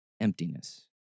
emptiness